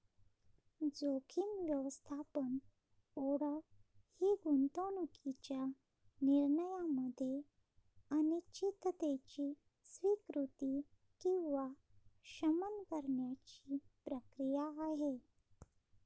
जोखीम व्यवस्थापन ओळख ही गुंतवणूकीच्या निर्णयामध्ये अनिश्चिततेची स्वीकृती किंवा शमन करण्याची प्रक्रिया आहे